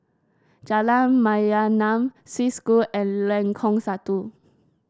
Jalan Mayaanam Swiss School and Lengkong Satu